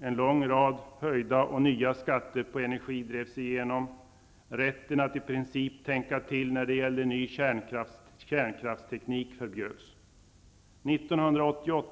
En lång rad nya och höjda skatter på energi drevs igenom. Rätten att i princip tänka till när det gäller ny kärnkraftsteknik förbjöds. År 1989